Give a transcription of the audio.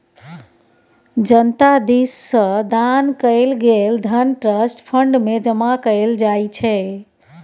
जनता दिस सँ दान कएल गेल धन ट्रस्ट फंड मे जमा कएल जाइ छै